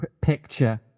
Picture